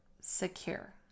secure